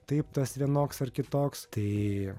taip tas vienoks ar kitoks tai